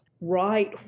right